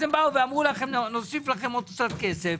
אז הם אמרו לכם: נוסיף לכם עוד קצת כסף,